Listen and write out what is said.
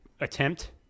Attempt